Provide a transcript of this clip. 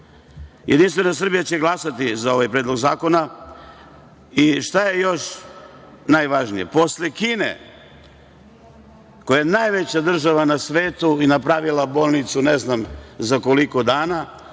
drugih. Jedinstvena Srbija će glasati za ovaj Predlog zakona i šta je još najvažnije? Posle Kine, koja je najveća država na svetu i napravila bolnicu, ne znam za koliko dana,